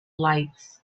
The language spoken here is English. lights